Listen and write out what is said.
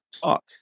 talk